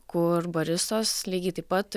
kur baristos lygiai taip pat